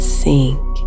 sink